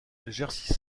jerzy